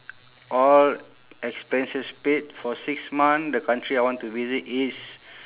all expenses paid for six month the country I want to visit is